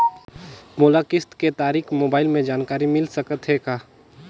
मोला किस्त के तारिक मोबाइल मे जानकारी मिल सकथे का?